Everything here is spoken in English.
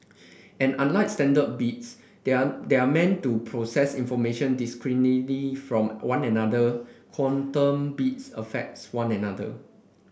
and unlike standard bits they are they are meant to process information discretely from one another quantum bits affects one another